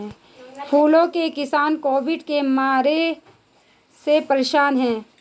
फूलों के किसान कोविड की मार से परेशान है